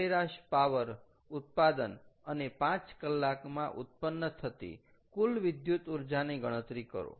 સરેરાશ પાવર ઉત્પાદન અને 5 કલાકમાં ઉત્પન્ન થતી કુલ વિદ્યુત ઊર્જાની ગણતરી કરો